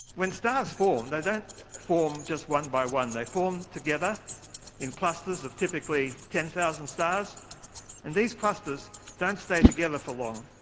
when stars form they don't form just one by one, they form together in clusters of typically ten thousand stars, and these clusters don't stay together for long,